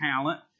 talent